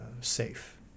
safe